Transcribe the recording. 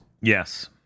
Yes